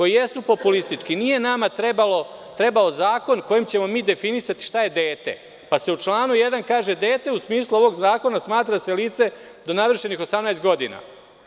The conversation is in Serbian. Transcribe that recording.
Nije nama trebao zakon kojim ćemo mi definisati šta je dete, pa se u članu 1. ovog zakona kaže: „Dete u smislu ovog zakona smatra se lice do navršenih 18 godina“